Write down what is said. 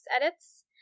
edits